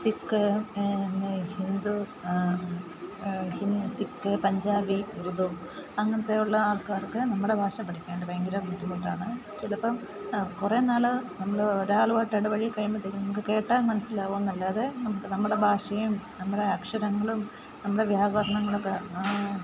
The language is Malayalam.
സിക്ക് ഹിന്ദു സിക്ക് പഞ്ചാബി ഉറുദു അങ്ങനത്തെ ഉള്ള ആൾക്കാർക്ക് നമ്മുടെ ഭാഷ പഠിക്കാനായിട്ട് ഭയങ്കര ബുദ്ധിമുട്ടാണ് ചിലപ്പം കുറേനാൾ നമ്മൾ ഒരാളുമായിട്ട് ഇടപഴകി കഴിയുമ്പോഴത്തേക്ക് നമുക്ക് കേട്ടാൽ മനസ്സിലാവുമെന്നല്ലാതെ നമുക്ക് നമ്മുടെ ഭാഷയും നമ്മുടെ അക്ഷരങ്ങളും നമ്മുടെ വ്യാകരണങ്ങളൊക്കെ